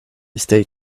stay